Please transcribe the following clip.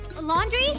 Laundry